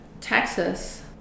Texas